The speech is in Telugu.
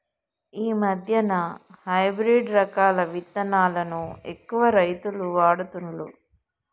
ఈ మధ్యన హైబ్రిడ్ రకాల విత్తనాలను ఎక్కువ రైతులు వాడుతుండ్లు